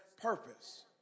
purpose